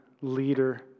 leader